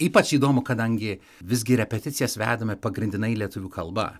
ypač įdomu kadangi visgi repeticijas vedame pagrindinai lietuvių kalba